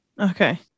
Okay